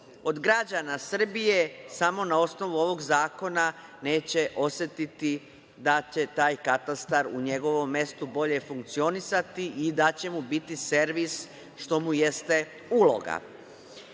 od građana Srbije samo na osnovu ovog zakona neće osetiti da će taj katastar u njegovom mestu bolje funkcionisati i da će mu biti servis, što mu jeste uloga.U